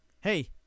hey